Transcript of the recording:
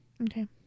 Okay